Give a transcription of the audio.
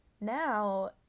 now